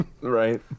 Right